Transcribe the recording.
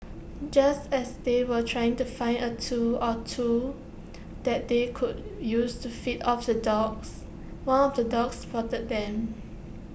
just as they were trying to find A tool or two that they could use to fend off the dogs one of the dogs spotted them